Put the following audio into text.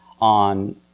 on